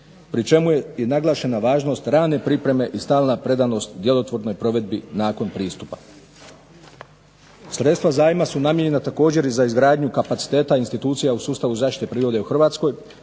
pri čemu je naglašena važnost rane pripreme i stalna predanost u djelotvornoj provedbi nakon pristupa. Sredstva zajma su namijenjena također i za izgradnju kapaciteta institucija u sustavu zaštite prirode u Hrvatskoj,